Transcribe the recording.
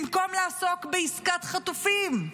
במקום לעסוק בעסקת חטופים,